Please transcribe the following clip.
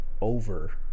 over